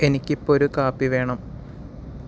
എനിക്കിപ്പോൾ ഒരു കാപ്പി വേണം